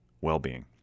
well-being